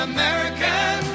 American